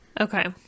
Okay